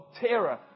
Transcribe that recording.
terror